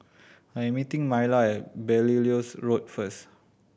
I am meeting Myla at Belilios Road first